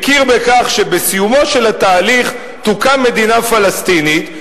מכיר בכך שבסיומו של התהליך תוקם מדינה פלסטינית,